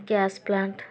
gas plant